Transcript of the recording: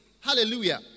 Hallelujah